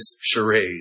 charade